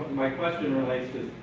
my question relates